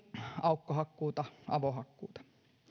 aukkohakkuuta avohakkuuta